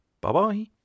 Bye-bye